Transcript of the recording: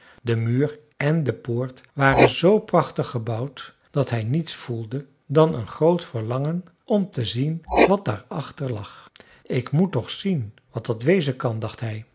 de muur én de poort waren z prachtig gebouwd dat hij niets voelde dan een groot verlangen om te zien wat daar achter lag ik moet toch zien wat dat wezen kan dacht hij